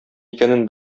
икәнен